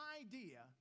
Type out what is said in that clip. idea